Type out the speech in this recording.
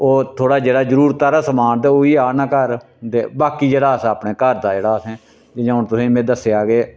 ओह् थोह्ड़ा जेह्ड़ा जरूरत आह्ला समान ते ओह् इयो आह्नना घर ते बाकी जेह्ड़ा असें अपने घर दा असें जियां हून में तुसें दस्सेआ के